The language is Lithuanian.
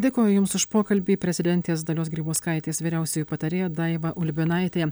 dėkoju jums už pokalbį prezidentės dalios grybauskaitės vyriausioji patarėja daiva ulbinaitė